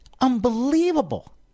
unbelievable